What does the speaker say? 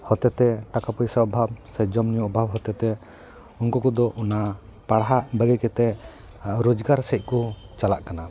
ᱦᱚᱛᱮ ᱛᱮ ᱴᱟᱠᱟ ᱯᱚᱭᱥᱟ ᱚᱵᱷᱟᱵᱽ ᱥᱮ ᱡᱚᱢ ᱧᱩ ᱚᱵᱷᱟᱵᱽ ᱦᱚᱛᱮ ᱛᱮ ᱩᱱᱠᱩ ᱠᱚᱫᱚ ᱚᱱᱟ ᱯᱟᱲᱦᱟᱜ ᱵᱟᱹᱜᱤ ᱠᱟᱛᱮᱫ ᱨᱳᱡᱽᱜᱟᱨ ᱥᱮᱫ ᱠᱚ ᱪᱟᱞᱟᱜ ᱠᱟᱱᱟ